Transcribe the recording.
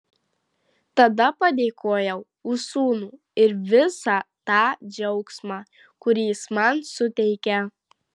tada padėkojau už sūnų ir visą tą džiaugsmą kurį jis man suteikia